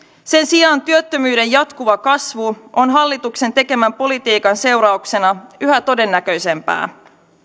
sen sijaan työttömyyden jatkuva kasvu on hallituksen tekemän politiikan seurauksena yhä todennäköisempää